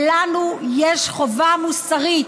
לנו יש חובה מוסרית